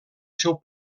seu